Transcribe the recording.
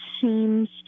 seems